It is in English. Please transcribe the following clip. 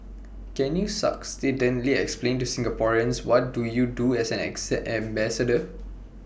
can you succinctly explain to Singaporeans what do you do as an ambassador